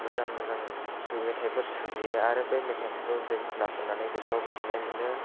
मोजां मोजां मेथाइफोर सुजुयो आरो बे मेथाइफोरखौ जों खोनासंनानै गोसोआव गोजोननाय मोनो